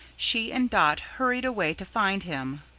she and dot hurried away to find him.